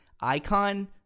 icon